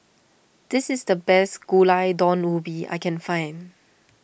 this is the best Gulai Daun Ubi I can find